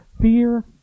fear